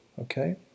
Okay